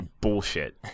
bullshit